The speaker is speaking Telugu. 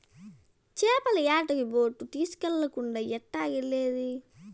చేపల యాటకి బోటు తీస్కెళ్ళకుండా ఎట్టాగెల్లేది